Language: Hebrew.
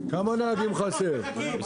על